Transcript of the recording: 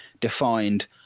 defined